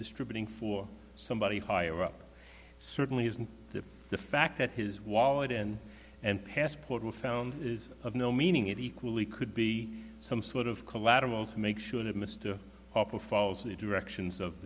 distributing for somebody higher up certainly isn't that the fact that his wallet and and passport were found is of no meaning it equally could be some sort of collateral to make sure that mr hopper follows the directions of